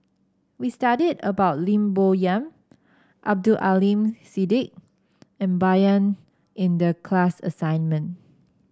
we studied about Lim Bo Yam Abdul Aleem Siddique and Bai Yan in the class assignment